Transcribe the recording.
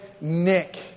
Nick